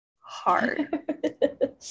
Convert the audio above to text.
hard